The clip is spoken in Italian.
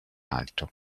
alto